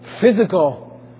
physical